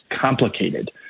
complicated